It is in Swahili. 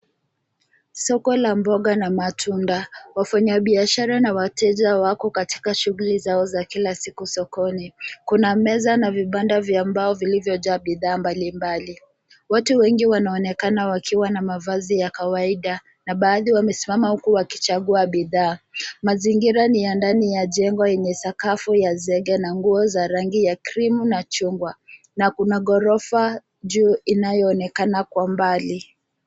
Soko la mboga na matunda. Wafanyabiashara na wateja wako katika shughuli zao za kila siku sokoni. Kuna meza na vibanda vya mbao vilivyojaa bidhaa mbalimbali. Watu wengi wanaonekana wakiwa na mavazi ya kawaida na baadhi wamesimama huku wakichagua bidhaa. Mazingira ni ya ndani ya jengo yenye sakafu ya zege na nguo za rangi ya krimu na chungwa na kuna ghorofa juu inayoonekana kwa mbali.